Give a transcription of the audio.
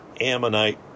ammonite